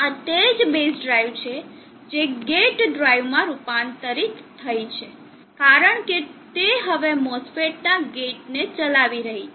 આ તે જ બેઝ ડ્રાઇવ છે જે ગેટ ડ્રાઇવમાં રૂપાંતરિત થઈ છે કારણ કે તે હવે MOSFETના ગેટને ચલાવી રહી છે